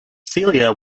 celia